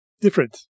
different